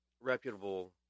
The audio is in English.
reputable